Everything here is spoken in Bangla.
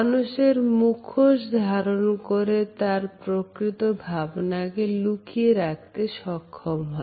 মানুষের মুখোশ ধারণ করে তার প্রকৃত ভাবনাকে লুকিয়ে রাখতে সক্ষম হয়